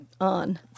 On